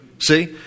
See